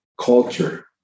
culture